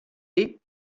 est